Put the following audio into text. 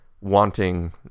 wanting